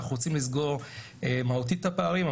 אנחנו רוצים לסגור מהותית את הפערים,